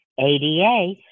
ADA